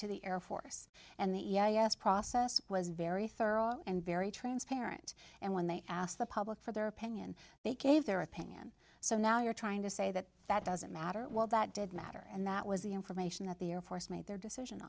to the air force and the e i a s process was very thorough and very transparent and when they asked the public for their opinion they gave their opinion so now you're trying to say that that doesn't matter well that did matter and that was the information that the air force made their decision